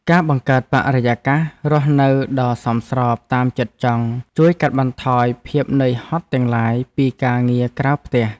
ការបង្កើតបរិយាកាសរស់នៅដ៏សមស្របតាមចិត្តចង់ជួយកាត់បន្ថយភាពនឿយហត់ទាំងឡាយពីការងារក្រៅផ្ទះ។